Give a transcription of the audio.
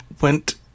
went